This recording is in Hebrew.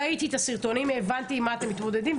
ראיתי את הסרטונים והבנתי עם מה אתם מתמודדים.